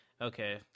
okay